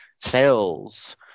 sales